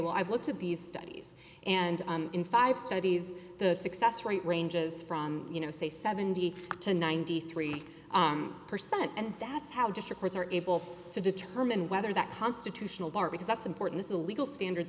well i've looked at these studies and in five studies the success rate ranges from you know say seventy to ninety three percent and that's how districts are able to determine whether that constitutional bar because that's important is a legal standard